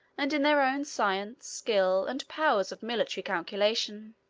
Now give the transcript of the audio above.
and in their own science, skill, and powers of military calculation.